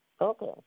Okay